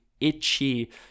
itchy